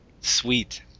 Sweet